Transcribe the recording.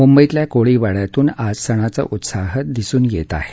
मुंबईतल्या कोळी वाड्यातून आज सणाचा उत्साह दिसत आहे